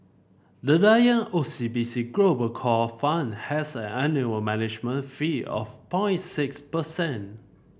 the Lion O C B C Global Core Fund has an annual management fee of point six percent